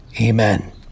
Amen